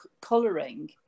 colouring